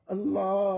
Allah